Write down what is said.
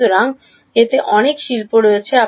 সুতরাং এতে অনেক শিল্প রয়েছে